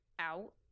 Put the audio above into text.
out